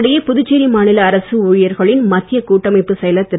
இதற்கிடையே புதுச்சேரி மாநில அரசு ஊழியர்களின் மத்தியக் கூட்டமைப்புச் செயலர் திரு